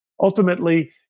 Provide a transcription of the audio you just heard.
Ultimately